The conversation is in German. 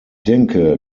denke